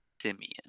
Simeon